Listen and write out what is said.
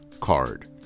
card